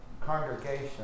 congregation